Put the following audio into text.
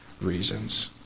reasons